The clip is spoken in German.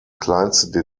kleinste